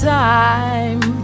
time